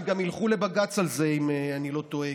הם גם ילכו לבג"ץ על זה, אם אני לא טועה.